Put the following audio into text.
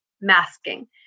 masking